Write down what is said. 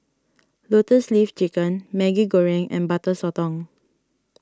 Lotus Leaf Chicken Maggi Goreng and Butter Sotong